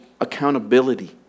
accountability